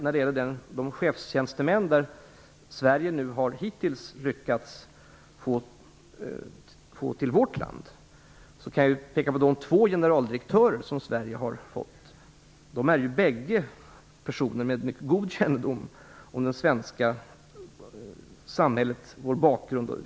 När det gäller de chefstjänster som Sverige har lyckats få till vårt land kan jag framhålla de två generaldirektörer som Sverige har fått. De är bägge personer med mycket god kännedom om det svenska samhället och vår bakgrund.